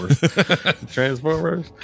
Transformers